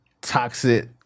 toxic